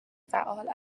فعال